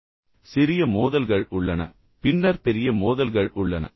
ஆனால் நான் சொன்னது போல் சிறிய மோதல்கள் உள்ளன பின்னர் பெரிய மோதல்கள் உள்ளன